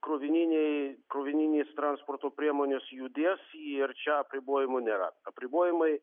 krovininiai krovininės transporto priemonės judės ir čia apribojimų nėra apribojimai